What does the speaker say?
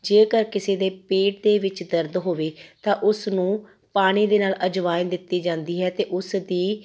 ਜੇਕਰ ਕਿਸੇ ਦੇ ਪੇਟ ਦੇ ਵਿੱਚ ਦਰਦ ਹੋਵੇ ਤਾਂ ਉਸ ਨੂੰ ਪਾਣੀ ਦੇ ਨਾਲ ਅਜਵਾਇਨ ਦਿੱਤੀ ਜਾਂਦੀ ਹੈ ਅਤੇ ਉਸ ਦੀ